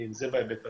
זה בהיבט הזה.